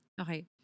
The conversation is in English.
okay